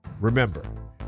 Remember